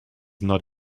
not